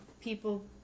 people